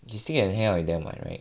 you still can hang out with them [one] right